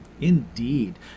Indeed